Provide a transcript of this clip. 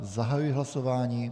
Zahajuji hlasování.